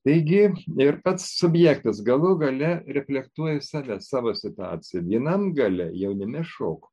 taigi ir pats subjektas galų gale reflektuoja save savo situaciją vienam gale jaunume šoku